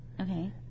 Okay